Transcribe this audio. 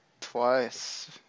twice